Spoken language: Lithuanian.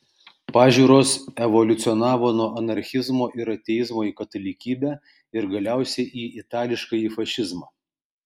pažiūros evoliucionavo nuo anarchizmo ir ateizmo į katalikybę ir galiausiai į itališkąjį fašizmą